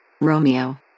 Romeo